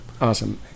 Awesome